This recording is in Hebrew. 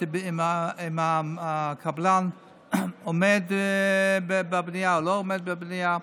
אם הקבלן עומד בבנייה או לא עומד בבנייה.